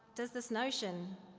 does this notion,